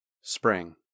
Spring